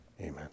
Amen